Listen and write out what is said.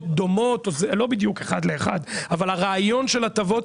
דומות או זה לא בדיוק אחד לאחד אבל הרעיון של הטבות,